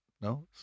No